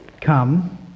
come